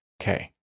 Okay